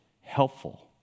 helpful